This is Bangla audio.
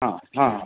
হ্যাঁ হ্যাঁ